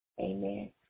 amen